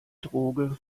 droge